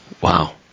Wow